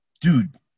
Dude